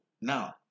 now